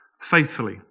faithfully